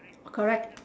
correct